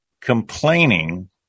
complaining